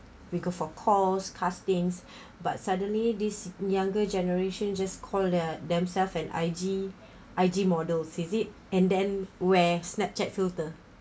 we go for calls casting but suddenly this younger generation just call that themselves an I_G I_G model sees it and then wear snapchat filter